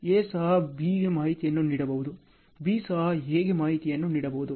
A ಸಹ B ಗೆ ಮಾಹಿತಿಯನ್ನು ನೀಡಬಹುದು B ಸಹ A ಗೆ ಮಾಹಿತಿಯನ್ನು ನೀಡಬಹುದು